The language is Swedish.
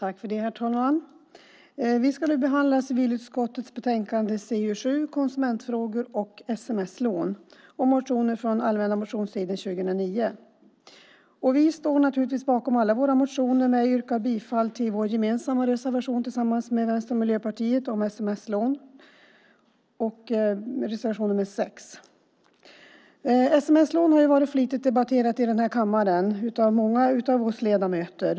Herr talman! Vi ska nu behandla civilutskottets betänkande CU7 Konsumentfrågor och sms-lån och motioner från allmänna motionstiden 2009. Vi står naturligtvis bakom alla våra motioner, men jag yrkar bifall till Socialdemokraternas, Vänsterpartiets och Miljöpartiets gemensamma reservation nr 6 om sms-lån. Sms-lån har varit flitigt debatterade här i kammaren av många ledamöter.